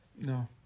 No